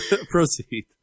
Proceed